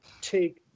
take